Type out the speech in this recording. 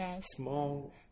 small